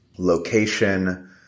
location